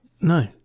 No